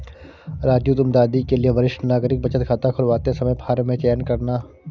राजू तुम दादी के लिए वरिष्ठ नागरिक बचत खाता खुलवाते समय फॉर्म में चयन करना